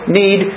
need